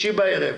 ב-21:00'.